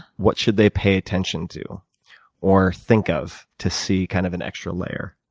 what should they pay attention to or think of to see kind of an extra layer,